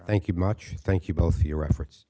thank you much thank you both for your efforts